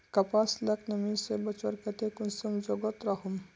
कपास लाक नमी से बचवार केते कुंसम जोगोत राखुम?